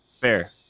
Fair